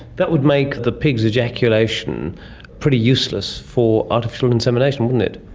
that would make the pigs ejaculation pretty useless for artificial insemination, wouldn't it?